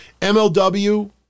MLW